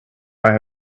had